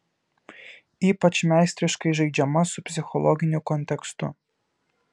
ypač meistriškai žaidžiama su psichologiniu kontekstu